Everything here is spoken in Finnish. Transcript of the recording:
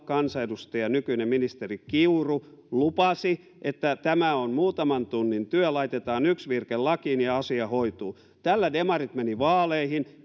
kansanedustaja nykyinen ministeri kiuru lupasi että tämä on muutaman tunnin työ laitetaan yksi virke lakiin ja asia hoituu tällä demarit menivät vaaleihin